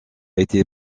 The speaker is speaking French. été